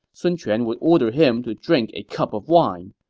sun quan would order him to drink a cup of wine.